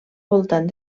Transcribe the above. voltant